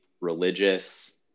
religious